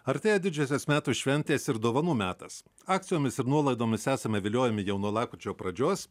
artėja didžiosios metų šventės ir dovanų metas akcijomis ir nuolaidomis esame viliojami jau nuo lapkričio pradžios